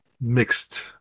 mixed